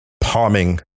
palming